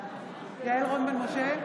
בעד יעל רון בן משה,